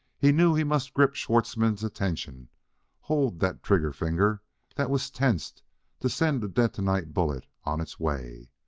he knew he must grip schwartzmann's attention hold that trigger finger that was tensed to send a detonite bullet on its way.